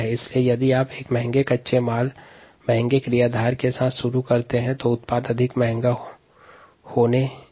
इस प्रकार ग्लूकोज का क्रियाधार के रूप में उपयोग अंतिम उत्पाद की कीमत बढ़ा देता है